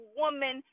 woman